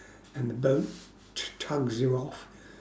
and the boat just tugs you off